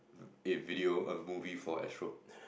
in video a movie for Astro